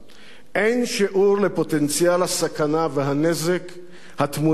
אין שיעור לפוטנציאל הסכנה והנזק הטמונים בכוחו